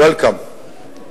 Welcome.